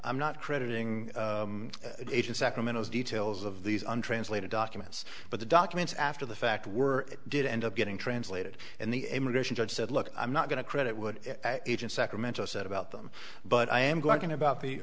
i'm not crediting in sacramento the details of these untranslated documents but the documents after the fact were did end up getting translated and the immigration judge said look i'm not going to credit would agent sacramento set about them but i am going about the